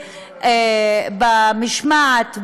במשמעת,